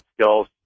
skills